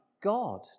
God